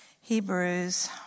Hebrews